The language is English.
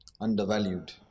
Undervalued